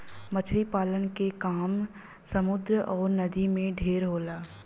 मछरी पालन के काम समुन्दर अउर नदी में ढेर होला